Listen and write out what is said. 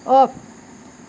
off